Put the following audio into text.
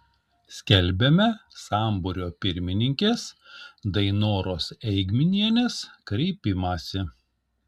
skelbiame sambūrio pirmininkės dainoros eigminienės kreipimąsi